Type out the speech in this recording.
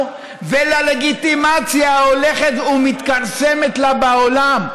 וללגיטימציה ההולכת ומתכרסמת לה בעולם.